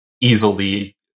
easily